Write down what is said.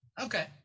Okay